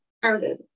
started